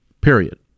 period